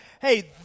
hey